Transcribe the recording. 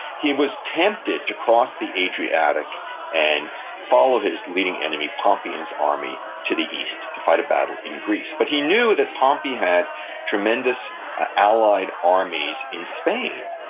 he was tempted to cross the adriatic and follow his leading enemy pompey's army to the east to to fight a battle in greece. but he knew that pompey had tremendous allied armies in spain,